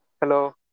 Hello